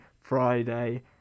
Friday